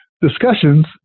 discussions